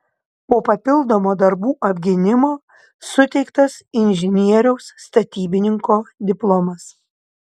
po papildomo darbų apgynimo suteiktas inžinieriaus statybininko diplomas